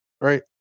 right